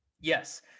Yes